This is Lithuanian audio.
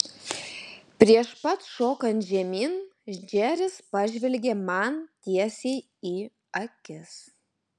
prieš pat šokant žemyn džeris pažvelgė man tiesiai į akis